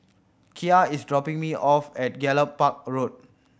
Kiya is dropping me off at Gallop Park Road